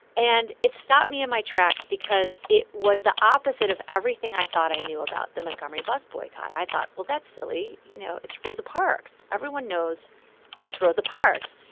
and it stopped me in my tracks because it was the opposite of everything i thought i knew about the montgomery bus boycott. i thought, well, that's silly. you know, it's rosa parks. everyone knows it's rosa parks.